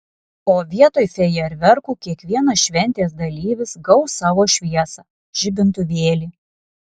o vietoj fejerverkų kiekvienas šventės dalyvis gaus savo šviesą žibintuvėlį